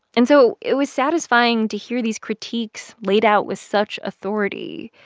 and so it was satisfying to hear these critiques laid out with such authority.